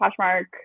Poshmark